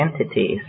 entities